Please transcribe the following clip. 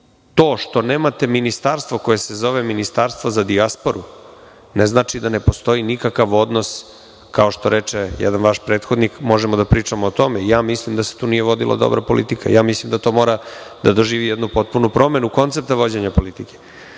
što nemate ministarstvo koje se zove Ministarstvo za dijasporu, ne znači da ne postoji nikakav odnos kao što reče jedan vaš prethodnik, možemo da vidimo po tome i ja mislim da se tu nije vodila dobra politika. Mislim da mora da drži jednu potpunu promenu koncepta vođenja politike. Kada